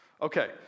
Okay